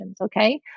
okay